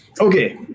Okay